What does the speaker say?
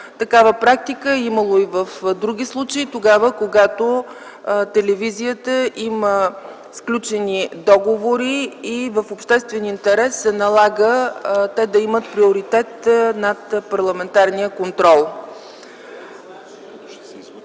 Такава практика е имало и в други случаи тогава, когато телевизията има сключени договори и е в обществен интерес, се налага те да имат приоритет над Парламентарния контрол.